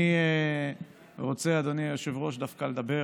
אני רוצה, אדוני היושב-ראש, דווקא לדבר